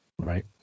Right